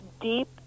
deep